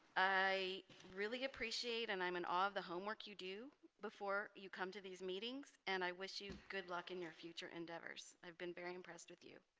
i really appreciate and i'm in awe of the homework you do before you come to these meetings and i wish you good luck in your future endeavors i've been very impressed with you